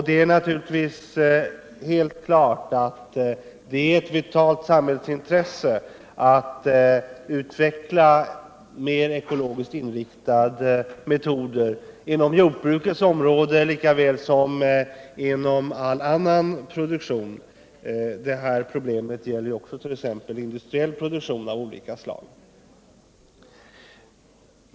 Det är naturligtvis klart att det är ett vitalt samhällsintresse att utveckla mer ekologiskt inriktade metoder på jordbrukets område lika väl som när det gäller all annan produktion — det här problemet gäller även t.ex. industriell produktion av olika slag.